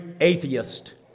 atheist